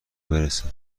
برسه